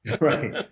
right